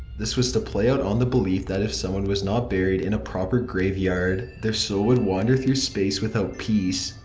this was to play on the belief that if someone was not buried in a proper grave yard, their soul would wander through space without peace.